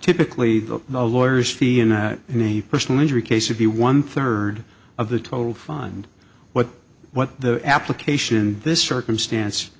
typically the lawyers fee and any personal injury case of the one third of the total fund what what the application this circumstance